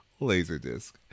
Laserdisc